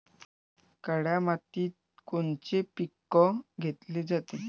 काळ्या मातीत कोनचे पिकं घेतले जाते?